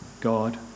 God